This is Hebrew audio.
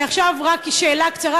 ועכשיו רק שאלה קצרה,